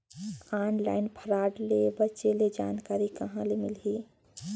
Online fraud ले बचे के जानकारी कहां ले मिलही?